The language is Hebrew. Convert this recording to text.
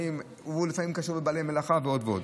והוא לפעמים קשור לבעלי מלאכה ועוד ועוד.